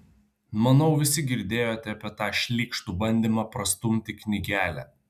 manau visi girdėjote apie tą šlykštų bandymą prastumti knygelę